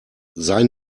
sei